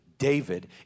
David